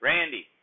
Randy